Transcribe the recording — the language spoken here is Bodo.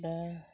दा